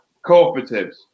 cooperatives